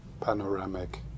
panoramic